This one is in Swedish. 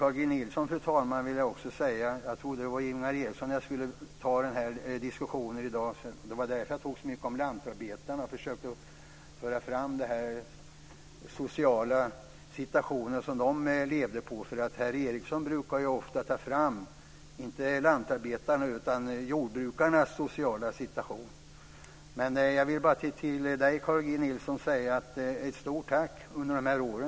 Jag vill också rikta mig till Carl G Nilsson. Jag trodde att det var Ingvar Eriksson som jag skulle ta diskussionen med i dag. Det var därför jag talade så mycket om lantarbetarna. Jag försökte att föra fram den sociala situation de levde i. Herr Eriksson brukar ofta lyfta fram inte lantarbetarnas utan jordbrukarnas sociala situation. Jag vill rikta ett stort tack till Carl G Nilsson för dessa år.